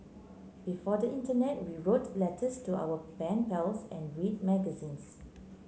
before the internet we wrote letters to our ben pals and read magazines